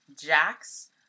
Jack's